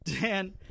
Dan